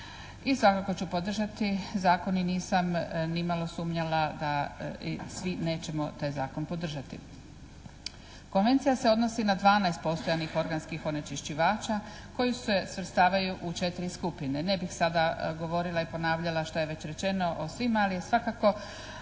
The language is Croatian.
I svakako ću podržati zakon i nisam nimalo sumnjala da svi nećemo taj zakon podržati. Konvencija se odnosi na 12 postojanih organskih onečišćivaća koji se svrstavaju u 4 skupine. Ne bih sama govorila i ponavljala šta je već rečeno o svim, ali je svakako